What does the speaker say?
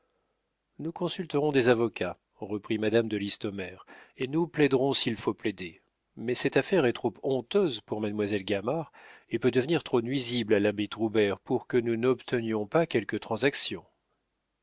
nous consulterons des avocats reprit madame de listomère et nous plaiderons s'il faut plaider mais cette affaire est trop honteuse pour mademoiselle gamard et peut devenir trop nuisible à l'abbé troubert pour que nous n'obtenions pas quelque transaction